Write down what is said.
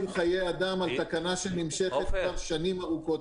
חיי אדם בתקנה שנמשכת כבר שנים ארוכות.